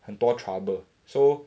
很多 trouble so